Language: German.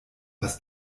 was